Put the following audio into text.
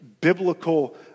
biblical